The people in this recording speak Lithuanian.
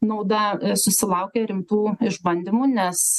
nauda susilaukia rimtų išbandymų nes